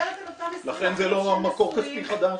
לכן זה לא מקור כספי חדש.